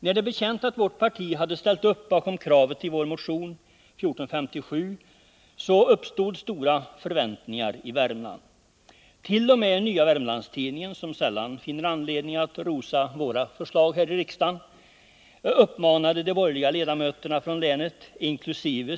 När det blev känt att vårt parti hade ställt upp bakom kravet i vår motion 1457 uppstod stora förväntningar i Värmland. T. o. m. Nya Wermlands Tidningen, som sällan finner anledning att rosa våra förslag här i riksdagen, uppmanade de borgerliga ledamöterna från länet — inkl.